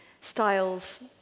styles